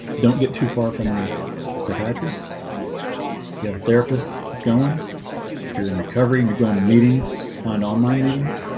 don't get too far from your psychiatrists if you have a therapist going if you're in recovery, and you're going to meetings find online meetings